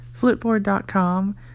Flipboard.com